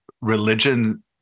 religion